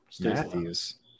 Matthews